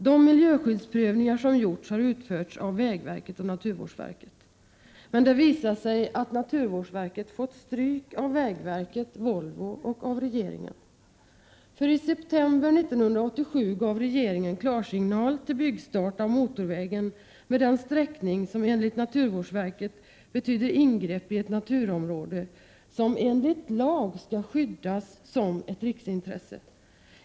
—-—- De miljöskyddsprövningar som gjorts har utförts av vägverket och naturvårdsverket---.” Men det visade sig att naturvårdsverket fått stryk av vägverket, av Volvo och av regeringen. För i september 1987 gav regeringen klarsignal till byggstart för motorvägen med den sträckning som enligt naturvårdsverket betyder ingrepp i ett naturområde som enligt lag skall skyddas som ett riksintresse.